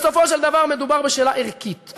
בסופו של דבר מדובר בשאלה ערכית.